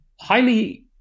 highly